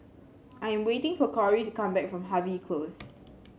I'm waiting for Kory to come back from Harvey Close